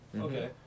Okay